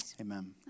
Amen